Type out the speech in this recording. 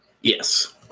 Yes